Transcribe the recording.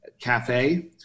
cafe